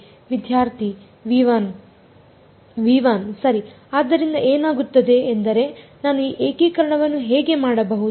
ವಿದ್ಯಾರ್ಥಿ V1 V1 ಸರಿ ಆದ್ದರಿಂದ ಏನಾಗುತ್ತದೆ ಎಂದರೆ ನಾನು ಈ ಏಕೀಕರಣವನ್ನು ಹೇಗೆ ಮಾಡಬಹುದು